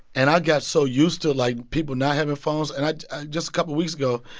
and i got so used to, like, people not having phones. and i just a couple weeks ago,